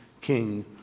king